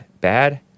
bad